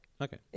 Okay